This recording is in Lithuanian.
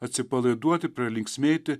atsipalaiduoti pralinksmėti